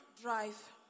Drive